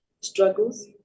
struggles